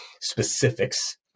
specifics